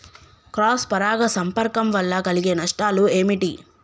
Cross పరాగ సంపర్కం వల్ల కలిగే నష్టాలు ఏమిటి?